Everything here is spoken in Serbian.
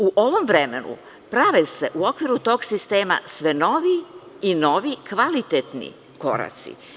U ovom vremenu prave se u okviru tog sistema sve noviji i noviji kvalitetniji koraci.